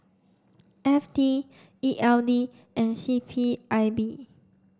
F T E L D and C P I B